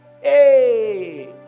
Hey